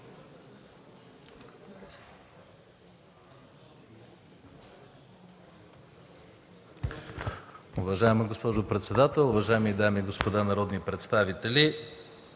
Ви, господин председател! Уважаеми дами и господа народни представители,